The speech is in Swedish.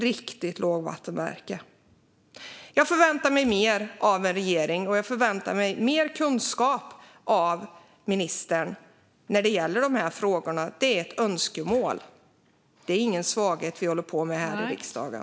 Vilket lågvattenmärke! Jag förväntar mig mer av en regering, och jag förväntar mig mer kunskap av ministern i dessa frågor. Det är ett önskemål. Det är ingen svaghet vi håller på med här i riksdagen.